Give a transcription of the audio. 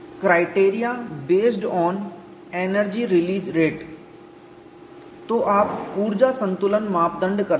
criteria based on energy release rate तो आप ऊर्जा संतुलन मापदंड करते हैं